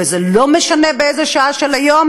וזה לא משנה באיזו שעה של היום,